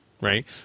right